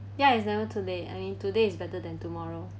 ya it's never too late I mean today is better than tomorrow